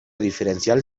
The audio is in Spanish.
diferencial